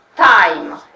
Time